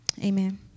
amen